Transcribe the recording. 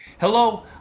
Hello